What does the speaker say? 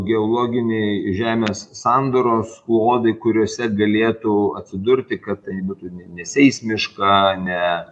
geologiniai žemės sandaros klodai kuriuose galėtų atsidurti kad tai būtų ne neseismiška ne